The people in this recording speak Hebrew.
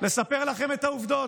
לספר לכם את העובדות.